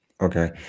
Okay